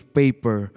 paper